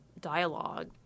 dialogue